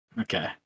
Okay